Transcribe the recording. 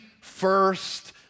first